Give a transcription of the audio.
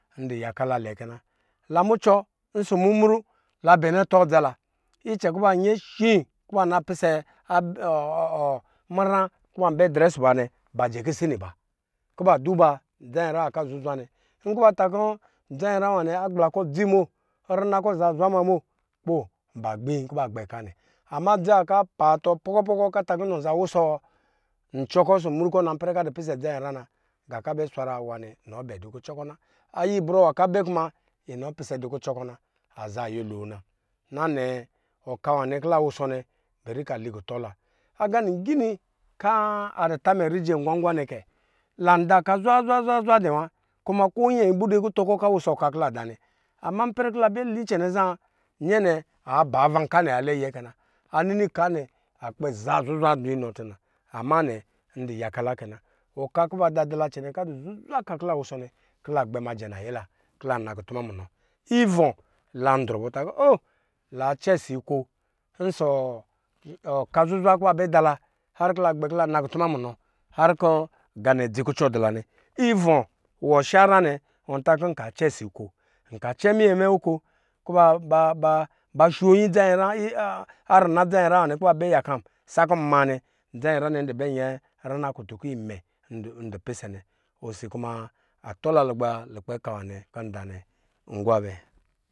Ndu yaka la lɛ kɛ na la mucɔ ɔsɔ mumu la bɛnɛ atɔ adzala icɛn kɔ ba nyɛ shi kɔ ba na pisɛ munyra kɔ banbɛ drɛ ɔsɔ ba nɛ ba jɛ kisni ba kɔ ba duba dza nyen ra wa kɔ adu zuzwa nɛ nkɔ ba ta kɔ dzanyi nyra wani agbla kɔ dzimo agbla kɔ azazwa ma mo kpo ba gbi kɔ ba gbɛ ka nɛ ama da nwa kɔ apa atɔ pɔkɔ pɔkɔ kɔ ata kɔ inɔnza wɔsɔ ncɔ kɔ ɔsɔ mru kɔ na ipɛrɛ kɔ adu pisɛ dza nyinyran na nga kɔ abɛ swara inɔ bɛ dɔ kucɛ kɔ na ayɛbrɔ nwa kɔ abbɛ kuma inɔ pisɛ dukucɔ kɔ na aza nyɛlo nna. Nnanɛ ɔka nwanɛ kɔ la wusɔ bɛri kɔ ali kutɔ la. Aga lingin i kɔ adu ta mɛ rije ngwangwa nɛ kɛ landa ka zwa zwa zwa wa dɛ wo kuma kunyɛ abude ku tɔ kɔ kɔ awusɔ ɔka kɔ la da nɛ ama ipɛrɛ kɔ la bɛ lɛ icɛnɛ za yɛnɛ aba ava nka nɛ alɛyɛ kɛna anini ka nɛ akpɛ zaa zuzwa kpɛ du nnɔ tuna ama nɛ ndu yaka la kɛ na ɔka taɔ ba da dula kɔ adɔ zuzwa ka kɔ la wusɔ nɛ la majɛ layɛ la kɔ la na kuituma munɔ ivɔ landrɛ bɔ takɔ o lancɛ si nko ɔsɔ ɔka zuzwa kɔ ba bɛ dala har kɔ la bɛ gbɛ kɔ la nakutuma mundɔ har kɔ nga nɛ adzi kuzɔ dula nɛ, ivɔ wɔ shanyi nɛ wɔ ta kɔ nka cɛ si nko nka cɛ minyɛ mɛ oko kɔ ba sho nyin dza nyinyra wanɛ sakɔ nbɛ mɛ nɛ dzanyinra nɛ du bɛ nyɛrina kutun kɔ inyɛ ndu pisɛ nɛ osi kumatɔla lugba lukpɛ ka nwa nɛ kɔ nbɛ de nɛ agwaa bɛ.